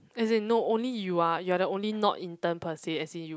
as in no only you are you are the only not intern per se as in you